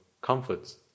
comforts